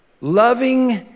Loving